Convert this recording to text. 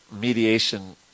mediation